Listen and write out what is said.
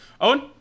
Owen